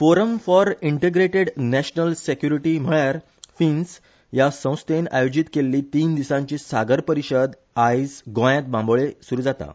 forum for integrated national security म्हळयार FINS ह्या संस्थेन आयोजीत केल्ली तीन दिसांची सागर परिशद फाल्या गोयांत सुरू जाता